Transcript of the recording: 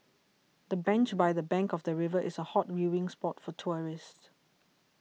the bench by the bank of the river is a hot viewing spot for tourists